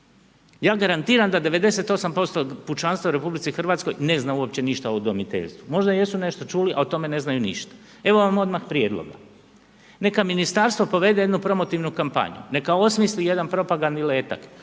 Ja garantiram da 98% pučanstva u Republici Hrvatskoj ne zna uopće ništa o udomiteljstvu, možda jesu nešto čuli, a o tome ne znaju ništa. Evo vam odmah prijedloga. Neka Ministarstvo provede jednu promotivnu kampanju, neka osmisli jedan propagandni letak